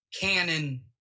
canon